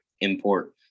import